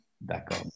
d'accord